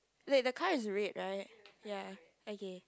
wait the car is red right ya okay